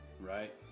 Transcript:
Right